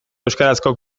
euskarazko